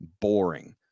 boring